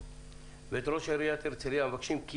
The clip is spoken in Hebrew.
ואת ראש עיריית הרצליה המבקשים כי